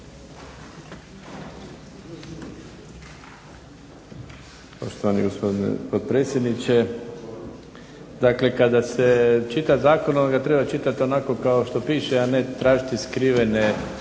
Poštovana gospođo potpredsjednice. Dakle kada se čita zakon onda ga treba čitat onako kao što piše, a ne tražiti skrivene